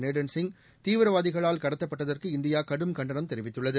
நேடன் சிங் தீவிரவாதிகளால் கடத்தப்பட்டதற்கு இந்தியா கடும் கண்டனம் தெரிவித்துள்ளது